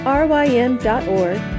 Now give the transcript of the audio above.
rym.org